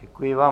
Děkuji vám.